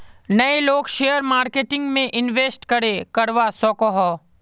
नय लोग share marketing में इंवेस्ट करे करवा सकोहो?